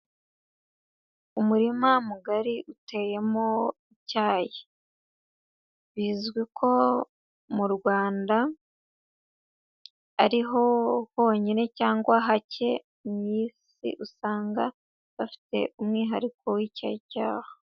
Umurima mugari uteyemo icyayi bizwi ko mu Rwanda ari ho honyine cyangwa hake mu Isi usanga bafite umwihariko w'icyo cyayi.